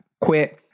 Quit